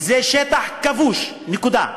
זה שטח כבוש, נקודה.